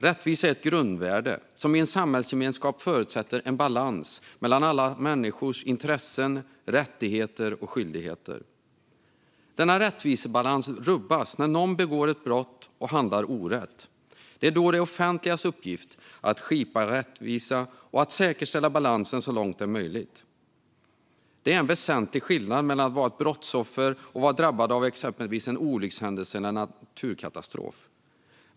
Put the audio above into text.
Rättvisa är ett grundvärde som i en samhällsgemenskap förutsätter en balans mellan alla människors intressen, rättigheter och skyldigheter. Denna rättvisebalans rubbas när någon begår ett brott och handlar orätt. Det är då det offentligas uppgift att skipa rättvisa och att säkerställa balansen så långt det är möjligt. Det är en väsentlig skillnad mellan att vara brottsoffer och att vara drabbad av exempelvis en olyckshändelse eller naturkatastrof.